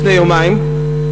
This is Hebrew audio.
לפני יומיים.